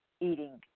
eating